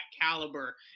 caliber